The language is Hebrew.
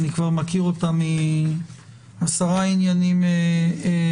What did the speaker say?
אני כבר מכיר אותה מעשרה עניינים אחרים.